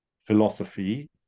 philosophy